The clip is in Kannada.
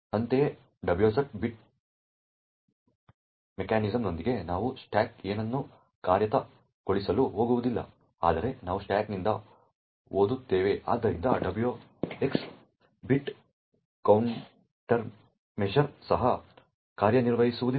ಅಂತೆಯೇ WX ಬಿಟ್ ಪ್ರೊಟೆಕ್ಷನ್ ಮೆಕ್ಯಾನಿಸಂನೊಂದಿಗೆ ನಾವು ಸ್ಟಾಕ್ನಿಂದ ಏನನ್ನೂ ಕಾರ್ಯಗತಗೊಳಿಸಲು ಹೋಗುವುದಿಲ್ಲ ಆದರೆ ನಾವು ಸ್ಟಾಕ್ನಿಂದ ಓದುತ್ತೇವೆ ಆದ್ದರಿಂದ WX ಬಿಟ್ ಕೌಂಟರ್ಮೀಷರ್ ಸಹ ಕಾರ್ಯನಿರ್ವಹಿಸುವುದಿಲ್ಲ